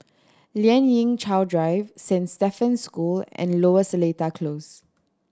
Lien Ying Chow Drive Saint Stephen's School and Lower Seletar Close